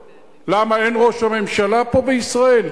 למה, אין ראש הממשלה פה בישראל?